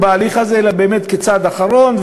את ההליך הזה אלא באמת כצעד אחרון,